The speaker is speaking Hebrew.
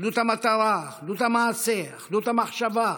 אחדות המטרה, אחדות המעשה, אחדות המחשבה,